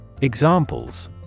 Examples